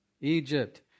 Egypt